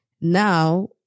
Now